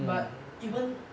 不过你走很多坏事你不怕 meh